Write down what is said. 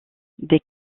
des